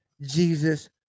jesus